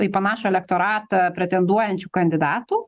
į panašų elektoratą pretenduojančių kandidatų